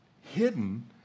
hidden